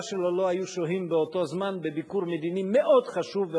שלו לא היו שוהים באותו זמן בביקור מדיני מאוד חשוב,